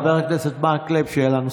חבר הכנסת מקלב, שאלה נוספת.